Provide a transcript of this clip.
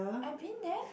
I been there